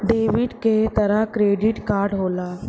डेबिटे क तरह क्रेडिटो कार्ड होला